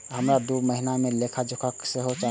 हमरा दूय महीना के लेखा जोखा सेहो चाही